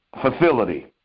facility